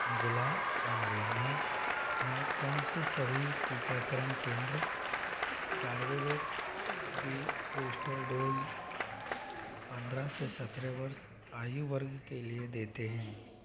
ज़िला मरीगाँव में कौन से सभी टीकाकरण केंद्र कार्बेवैक्स की बूश्टर डोज़ पंद्रह से सत्रह आयु वर्ग के लिए देते हैं